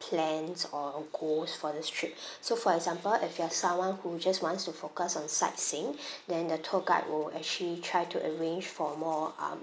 plans or goals for this trip so for example if you're someone who just wants to focus on sightseeing then the tour guide will actually try to arrange for more um